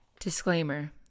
Disclaimer